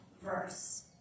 verse